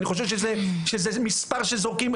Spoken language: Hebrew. אני חושב שזה מספר שזורקים.